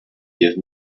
give